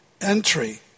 entry